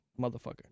motherfucker